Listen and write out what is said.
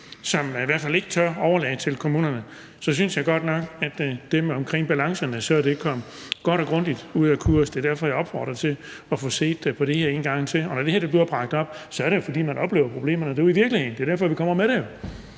man i hvert fald ikke tør overlade til kommunerne, så synes jeg godt nok, at det er kommet godt og grundigt ud af balance, og det er derfor, jeg opfordrer til at få set på det her en gang til. Og når det her bliver bragt op, er det jo, fordi man oplever problemerne ude i virkeligheden. Det er jo derfor, vi kommer med det.